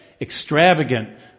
extravagant